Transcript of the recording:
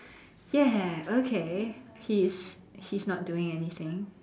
ya okay he's he's not doing anything